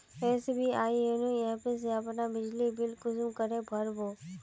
SBI YONO app से अपना बिजली बिल कुंसम करे भर बो?